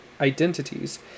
identities